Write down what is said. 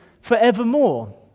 forevermore